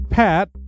Pat